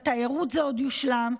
בתיירות זה עוד יושלם.